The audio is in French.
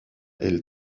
elle